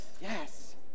yes